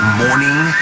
morning